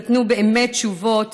לא נתנו באמת תשובות